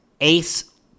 Ace